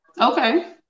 okay